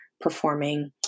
performing